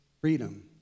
freedom